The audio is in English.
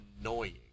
annoying